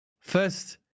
First